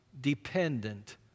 dependent